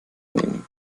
nehmen